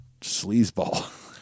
sleazeball